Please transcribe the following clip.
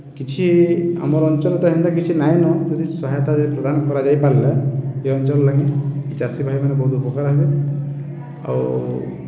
କିଛି ଆମର୍ ଅଞ୍ଚଳ୍ରେ ତ ହେନ୍ତା କିଛି ନାଇଁନ ଯଦି ସହାୟତା ଯଦି ପ୍ରଦାନ କରାଯାଇପାର୍ଲେ ଇ ଅଞ୍ଚଲ୍ ଲାଗି ଚାଷୀ ଭାଇମାନେ ବହୁତ୍ ଉପକାର୍ ହେବେ ଆଉ